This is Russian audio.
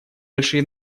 большие